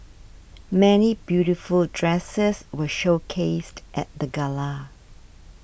many beautiful dresses were showcased at the gala